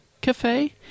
Cafe